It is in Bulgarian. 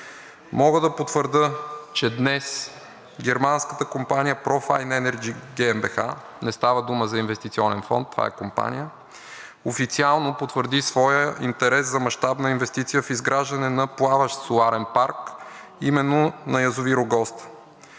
Мога да потвърдя, че днес германската компания Profine Energy GmbH , не става дума за инвестиционен фонд – това е компания, официално потвърди своя интерес за мащабна инвестиция в изграждане на плаващ соларен парк именно на язовир